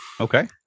Okay